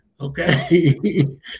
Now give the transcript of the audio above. Okay